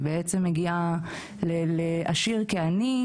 כלומר היא בעצם מגיעה לעשיר כמו לעני,